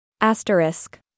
Asterisk